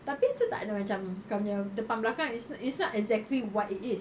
tapi tu takde macam kau punya depan belakang it's not it's not exactly what it is